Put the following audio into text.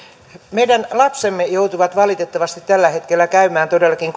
meidän lapsemme joutuvat valitettavasti tällä hetkellä todellakin